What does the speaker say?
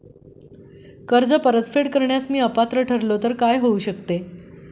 कर्ज परतफेड करण्यास मी अपात्र ठरलो तर काय होऊ शकते?